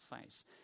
face